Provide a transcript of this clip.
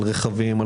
רכבים,